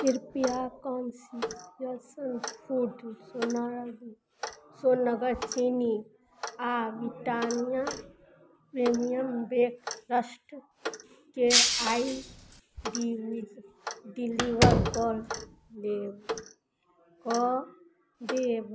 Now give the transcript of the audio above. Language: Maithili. कृप्या कॉन्ससियस फूड सोना सोनगर चीनी आओर ब्रिटानिया प्रीमियम बेक रस्टके आइ डिली डिलीवर कर देब कऽ देब